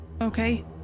Okay